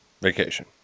Vacation